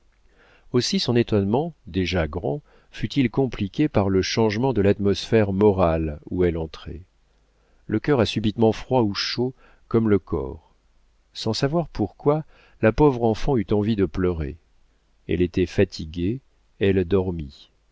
aussi son étonnement déjà grand fut-il compliqué par le changement de l'atmosphère morale où elle entrait le cœur a subitement froid ou chaud comme le corps sans savoir pourquoi la pauvre enfant eut envie de pleurer elle était fatiguée elle dormit